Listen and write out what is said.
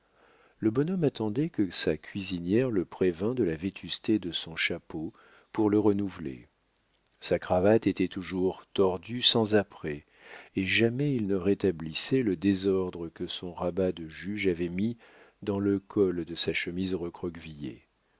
le bonhomme attendait que sa cuisinière le prévînt de la vétusté de son chapeau pour le renouveler sa cravate était toujours tordue sans apprêt et jamais il ne rétablissait le désordre que son rabat de juge avait mis dans le col de sa chemise recroquevillé